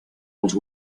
als